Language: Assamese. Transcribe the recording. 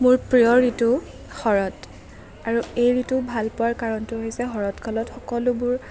মোৰ প্ৰিয় ঋতু শৰৎ আৰু এই ঋতু ভাল পোৱাৰ কাৰণতো হৈছে শৰৎ কালত সকলোবোৰ